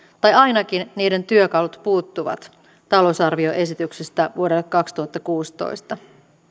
tai ainakin niiden työkalut puuttuvat talousarvioesityksestä vuodelle kaksituhattakuusitoista